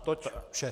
Toť vše.